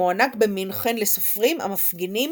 המוענק במינכן לסופרים המפגינים